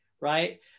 right